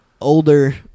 older